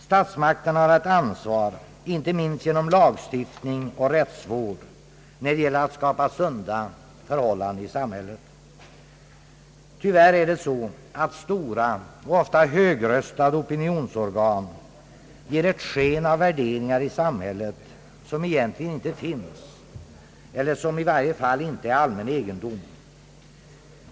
Statsmakterna har ett ansvar, inte minst genom lagstiftning och rättsvård, när det gäller att skapa sunda förhållanden i samhället. Tyvärr är det så, att stora och ofta högröstade opinionsorgan ger ett sken av värderingar i samhället, som egentligen inte finns eller som i varje fall inte är allmän egendom.